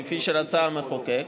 כפי שרצה המחוקק,